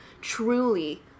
truly